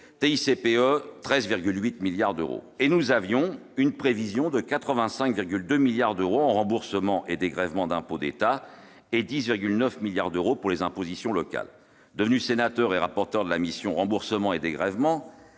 TICPE, 13,8 milliards d'euros. Et nous avions une prévision de 85,2 milliards d'euros en remboursements et dégrèvements d'impôts d'État et de 10,9 milliards d'euros pour les impositions locales. Devenu sénateur et rapporteur de la mission « Remboursements et dégrèvements